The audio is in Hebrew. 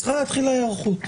צריכה להתחיל היערכות.